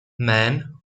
men